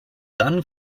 dann